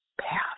path